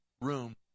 room